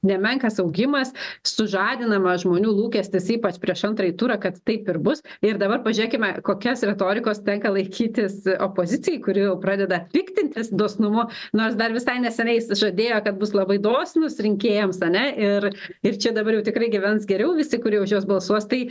nemenkas augimas sužadinama žmonių lūkestis ypač prieš antrąjį turą kad taip ir bus ir dabar pažiūrėkime kokias retorikos tenka laikytis opozicijai kuri jau pradeda piktintis dosnumu nors dar visai nesenais žadėjo kad bus labai dosnūs rinkėjams ane ir ir čia dabar jau tikrai gyvens geriau visi kurie už juos balsuos tai